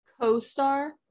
co-star